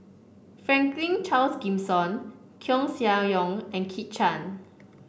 Franklin Charles Gimson Koeh Sia Yong and Kit Chan